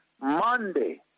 Monday